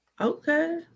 Okay